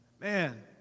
Man